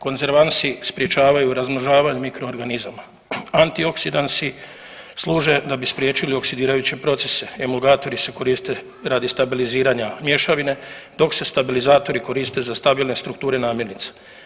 Konzervansi sprječavaju razmnožavanje mikroorganizama, antioksidansi služe da bi spriječili oksidirajuće procese, emulgatori se koriste radi stabiliziranja mješavine dok se stabilizatori koriste za stabilne strukture namirnica.